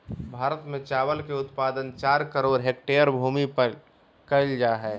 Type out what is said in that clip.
भारत में चावल के उत्पादन चार करोड़ हेक्टेयर भूमि पर कइल जा हइ